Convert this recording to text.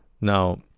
Now